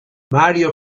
mario